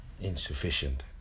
Insufficient